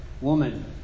woman